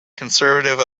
conservative